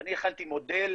אני הכנתי מודל